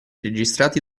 registrati